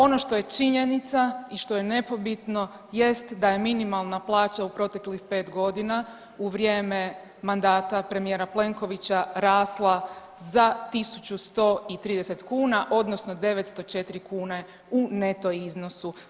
Ono što je činjenica i što je nepobitno jest da je minimalna plaća u proteklih 5.g. u vrijeme mandata premijera Plenkovića rasla za 1.130 kuna odnosno 904 kune u neto iznosu.